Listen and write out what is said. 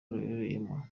ruherereyemo